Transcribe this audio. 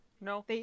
No